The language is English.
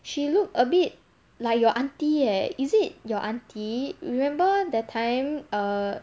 she look a bit like your aunty eh is it your aunty remember that time err